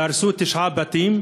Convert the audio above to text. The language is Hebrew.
והרסו תשעה בתים